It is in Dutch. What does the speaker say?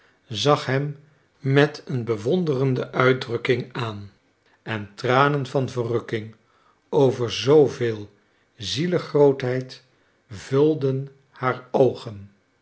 zag hem met een bewonderende uitdrukking aan en tranen van verrukking over zooveel zielegrootheid vulden haar oogen